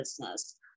business